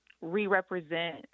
re-represent